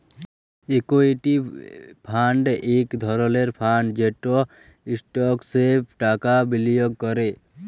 equity fund ইক ধরলের fund যেট ইস্টকসে টাকা বিলিয়গ ক্যরে